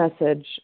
message